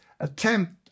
attempt